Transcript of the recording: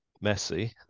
messy